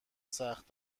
سخت